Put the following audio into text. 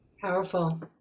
powerful